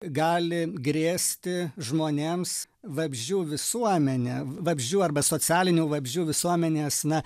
gali grėsti žmonėms vabzdžių visuomene vabzdžių arba socialinių vabzdžių visuomenės na